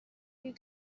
you